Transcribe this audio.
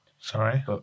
Sorry